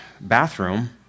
bathroom